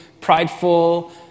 prideful